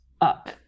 up